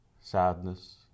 sadness